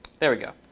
there we go.